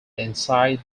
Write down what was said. inside